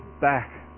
back